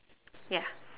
ya